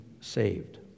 saved